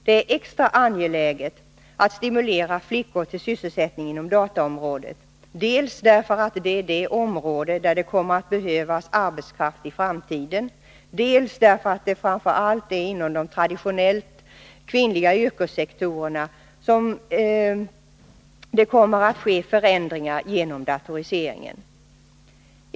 Det är extra angeläget att stimulera flickor till sysselsättning inom dataområdet, dels därför att det är det område där det kommer att behövas arbetskraft i framtiden, dels därför att det framför allt är inom de traditionellt kvinnliga yrkessektorerna som det kommer att ske förändringar genom datoriseringen.